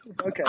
Okay